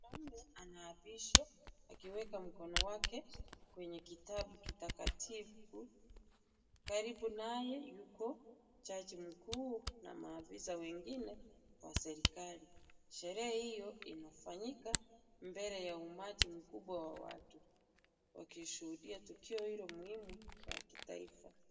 Mwanaume anaapishwa akiweka mkono wake kwenye kitabu takatifu. Karibu naye yuko jaji mkuu na viongozi wengine wa serikali. Sherehe hio inafanyika mbele ya umati wa watu wakishuhudia tukio hilo muhimu la kitaifa.